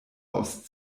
aus